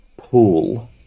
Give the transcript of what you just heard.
pool